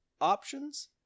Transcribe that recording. options